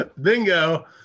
Bingo